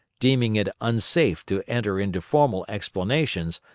deeming it unsafe to enter into formal explanations,